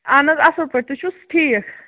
اَہَن حظ اَصٕل پٲٹھۍ تُہۍ چھُو حظ ٹھیٖک